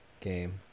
game